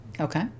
Okay